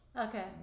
Okay